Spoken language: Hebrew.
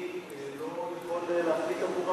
אני לא יכול להחליט עבור המציעים.